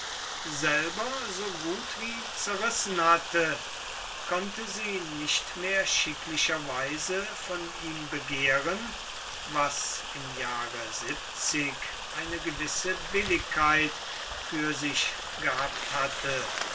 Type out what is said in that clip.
selber so gut wie zerrissen hatte konnte sie nicht mehr schicklicherweise von ihm begehren was im jahre eine gewisse billigkeit für sich gehabt hatte